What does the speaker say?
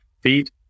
feed